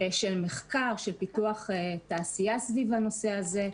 מחקר ופיתוח תעשייה סביב הנושא הזה.